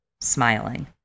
Smiling